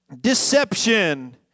Deception